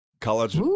College